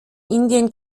indien